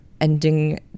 ending